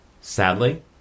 Sadly